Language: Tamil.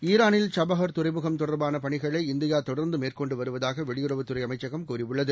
ஈரானில் சபாஹார் துறைமுகம் தொடர்பானபணிகளை இந்தியாதொடர்நதுமேற்கொண்டுவருவதாகவெளியுறவுத் துறைஅமைச்சகம் கூறியுள்ளது